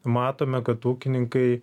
matome kad ūkininkai